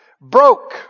broke